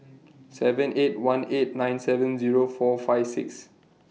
seven eight one eight nine seven Zero four five six